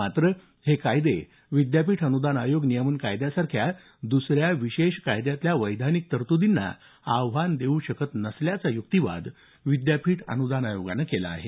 मात्र हे कायदे विद्यापीठ अनुदान आयोग नियमन कायद्यासारख्या दुसऱ्या विशेष कायद्यातल्या वैधानिक तरतुदींना आव्हान देऊ शकत नसल्याचा युक्तीवाद विद्यापीठ अनुदान आयोगानं केला आहे